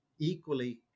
equally